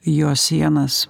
jo sienas